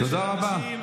תודה רבה.